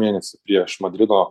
mėnesį prieš madrido